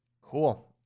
cool